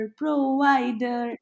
provider